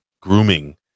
grooming